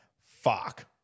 fuck